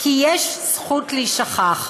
כי יש זכות להישכח.